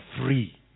free